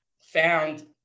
found